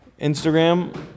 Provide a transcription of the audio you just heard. Instagram